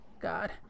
God